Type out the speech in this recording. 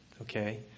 Okay